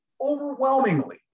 overwhelmingly